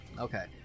Okay